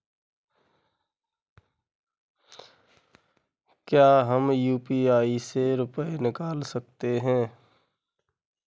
क्या हम यू.पी.आई से रुपये निकाल सकते हैं?